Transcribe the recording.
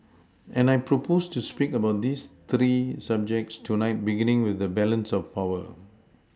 and I propose to speak about these three subjects tonight beginning with the balance of power